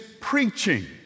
preaching